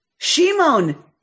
Shimon